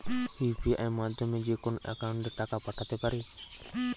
UPI মাধ্যমে যেকোনো একাউন্টে টাকা পাঠাতে পারি?